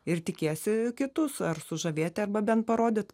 ir tikiesi kitus ar sužavėt arba bent parodyt